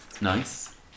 Nice